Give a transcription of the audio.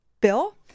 Bill